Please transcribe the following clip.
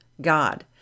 God